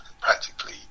practically